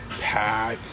Pat